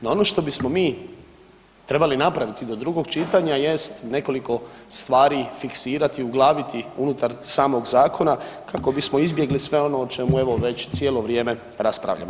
No, ono što bismo mi trebali napraviti do drugog čitanja jest nekoliko stvari fiksirati, uglaviti ih unutar samog zakona kako bismo izbjegli sve ono o čemu evo već cijelo vrijeme raspravljamo.